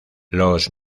los